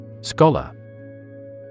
Scholar